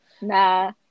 Nah